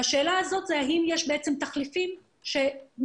מכאן עולה השאלה האם יש תחליפים שמספקים